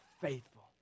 faithful